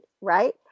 right